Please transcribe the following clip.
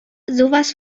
sowas